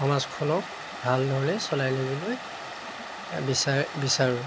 সমাজখনক ভালধৰণে চলাই নিবলৈ বিচাৰে বিচাৰোঁ